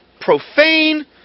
profane